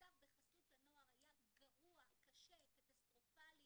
המצב בחסות הנוער היה גרוע, קשה, קטסטרופלי,